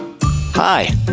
Hi